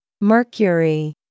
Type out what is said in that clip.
mercury